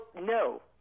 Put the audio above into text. no